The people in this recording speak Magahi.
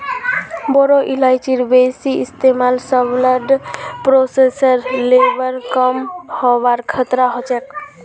बोरो इलायचीर बेसी इस्तमाल स ब्लड प्रेशरेर लेवल कम हबार खतरा ह छेक